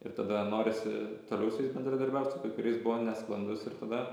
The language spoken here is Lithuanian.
ir tada norisi toliau su jais bendradarbiaut su kai kuriais buvo nesklandus ir tada